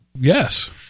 Yes